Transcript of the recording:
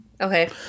Okay